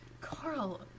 Carl